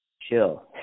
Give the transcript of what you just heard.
chill